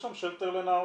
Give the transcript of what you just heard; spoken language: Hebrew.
יש שם שלטר לנערות.